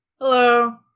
Hello